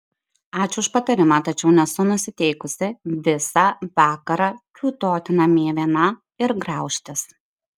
ačiū už patarimą tačiau nesu nusiteikusi visą vakarą kiūtoti namie viena ir graužtis